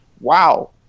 Wow